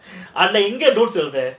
அதுல எங்க எழுத:adhula enga elutha